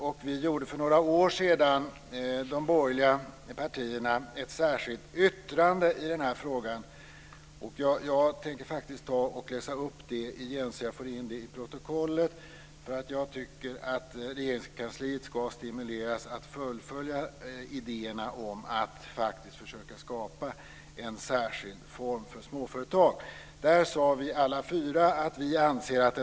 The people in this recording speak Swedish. Vi i de borgerliga partierna skrev för några år sedan ett särskilt yttrande i frågan. Jag tänker läsa upp det nu så att jag får in det i protokollet, för jag tycker att Regeringskansliet ska stimuleras till att fullfölja idéerna om att försöka skapa en särskild form för småföretag. Betänkandet heter 1999/2000:LU10.